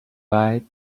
bye